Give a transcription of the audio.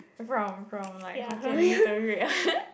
from from like hokkien we need to read